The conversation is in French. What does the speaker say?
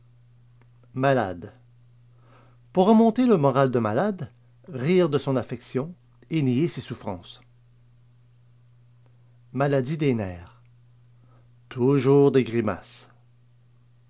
malade pour remonter le moral d'un malade rire de son affection et nier ses souffrances maladie des nerfs toujours des grimaces